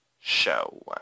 show